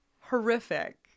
Horrific